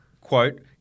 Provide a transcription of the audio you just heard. quote